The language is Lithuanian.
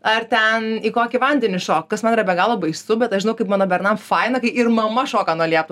ar ten į kokį vandenį šokt kas man yra be galo baisu bet aš žinau kaip mano bernam faina kai ir mama šoka nuo liepto